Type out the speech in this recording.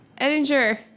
Edinger